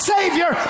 Savior